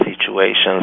situations